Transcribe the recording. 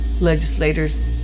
legislators